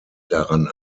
daran